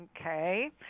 Okay